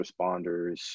responders